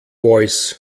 voice